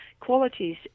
qualities